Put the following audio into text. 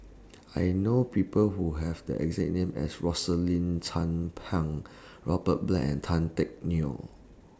I know People Who Have The exact name as Rosaline Chan Pang Robert Black and Tan Teck Neo